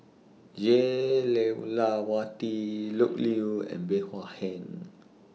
Jah Lelawati Loke Yew and Bey Hua Heng